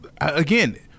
again